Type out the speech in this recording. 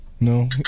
No